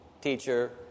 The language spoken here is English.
teacher